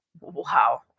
Wow